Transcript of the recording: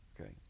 okay